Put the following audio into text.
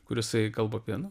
kur jisai kalba apie nu